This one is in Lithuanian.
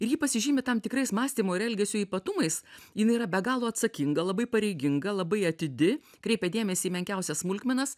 ir ji pasižymi tam tikrais mąstymo ir elgesio ypatumais jinai yra be galo atsakinga labai pareiginga labai atidi kreipia dėmesį į menkiausias smulkmenas